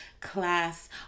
class